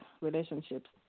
relationships